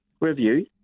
review